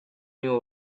new